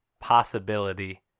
possibility